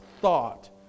thought